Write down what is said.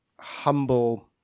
humble